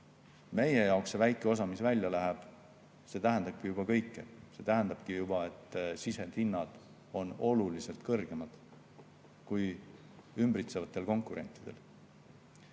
Meie jaoks see väike osa, mis välja läheb, tähendab aga juba kõike. See tähendabki, et sisendhinnad on oluliselt kõrgemad kui ümbritsevatel konkurentidel.